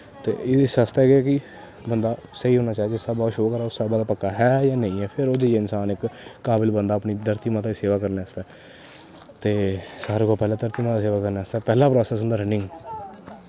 ते इस आस्तै कि क्योंकि बंदा स्हेई होना चाहिदा जिस स्हाबा दा ओह् शो करा दा उस स्हाबा दा ऐ जां नेईं ऐ फिर ओह् जाइयै इंसान इक काबल बंदा अपनी धरती माता दी सेवा करने आस्तै ते सारें कोला पैह्लें धरती माता दी सेवा करने आस्तै पैह्ला प्रासैस होंदा रनिंग